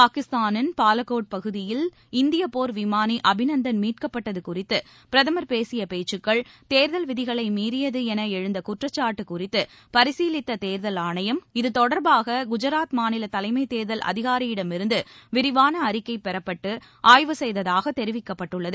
பாகிஸ்தானின் பாலக்கோட் தாக்குதலில் இந்திய போர் விமானி அபிநந்தன் மீட்கப்பட்டது குறித்து பிரதுர் பேசிய பேச்சுக்கள் தேர்தல் விதிகளை மீறியது என எழுந்த குற்றச்சா்டடு குறித்து பரிசீலித்த தேர்தல் ஆணையம் இது தொடர்பாக குஜராத் மாநில தலைமைத் தேர்தல் அதிகாரியிடமிருந்து விரிவான அறிக்கை பெறப்பட்டு ஆய்வு செய்ததாக தெரிவிக்கப்பட்டுள்ளது